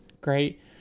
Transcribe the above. great